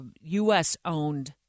U.S.-owned